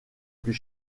plus